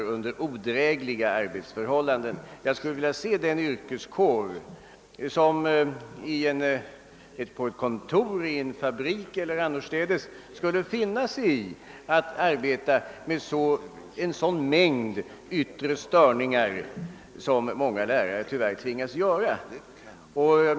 Jag skulle faktiskt vilja se den yrkeskår på ett kontor, i en fabrik eller annorstädes, som skulle finna sig i att arbeta under en så stor mängd yttre störningar som många lärare tyvärr får göra.